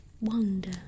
wonder